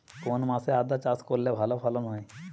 কোন মাসে আদা চাষ করলে ভালো ফলন হয়?